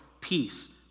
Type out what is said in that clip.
peace